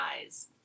eyes